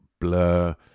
Blur